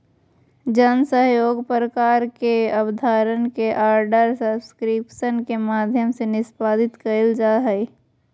जन सहइोग प्रकार के अबधारणा के आर्डर सब्सक्रिप्शन के माध्यम से निष्पादित कइल जा हइ